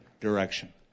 direction